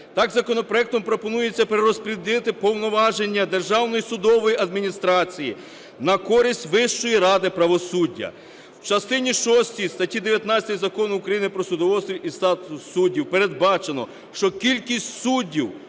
Так, законопроектом пропонується перерозподілити повноваження Державної судової адміністрації на користь Вищої ради правосуддя. В частині шостій статті 19 Закону України "Про судоустрій і статус суддів" передбачено, що кількість суддів